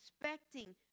expecting